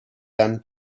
than